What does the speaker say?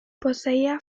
poseía